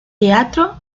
teatro